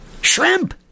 Shrimp